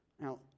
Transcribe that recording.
Now